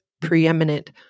preeminent